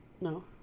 No